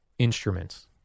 instruments